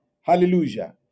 Hallelujah